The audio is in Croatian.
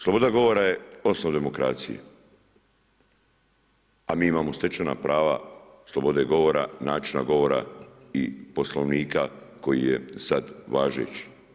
Sloboda govora je osnova demokracije, a mi imamo stečena prava slobode govora, načina govora i Poslovnika koji je sada važeći.